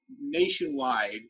nationwide